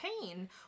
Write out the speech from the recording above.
pain